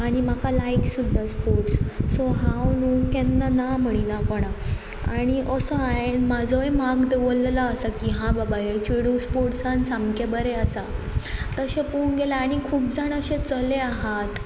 आनी म्हाका लायक सुद्दां स्पोर्ट्स सो हांव न्हू केन्ना ना म्हणिला कोणा आनी असो हांवें म्हाजोय मांग दवरलेलो आसा की हां बाबा हे चेडूं स्पोर्ट्सान सामकें बरें आसा तशें पळोवंक गेल्यार आनी खूब जाण अशें चले आहात